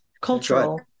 cultural